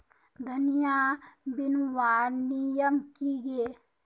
धनिया बूनवार नियम की गे?